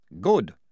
Good